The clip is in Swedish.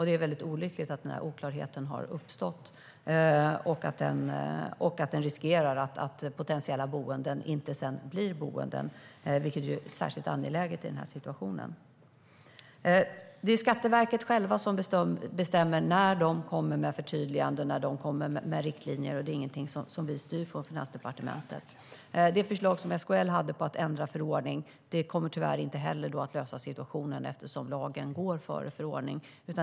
Det är väldigt olyckligt att oklarheten har uppstått och att den riskerar att potentiella boenden inte blir boenden, vilket är särskilt angeläget i den här situationen. Det är Skatteverket självt som bestämmer när det kommer med förtydliganden och riktlinjer. Det är ingenting som vi styr från Finansdepartementet. Det förslag SKL hade om att ändra förordning kommer tyvärr inte heller att lösa situationen eftersom lagen går före förordning.